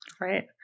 Right